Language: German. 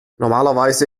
normalerweise